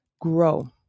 grow